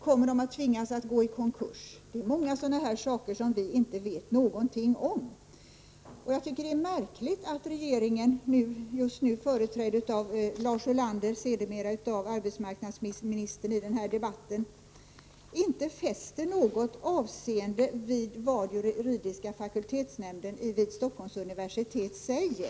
Kommer de att tvingas gå i konkurs? Detta, och många andra saker, vet vi ingenting om. Det är märkligt att regeringen — i denna debatt just nu företrädd av Lars Ulander och sedermera av arbetsmarknadsministern — inte fäster något avseende vid vad juridiska fakultetsnämnden vid Stockholms universitet har sagt.